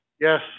Yes